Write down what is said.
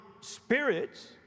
spirits